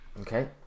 Okay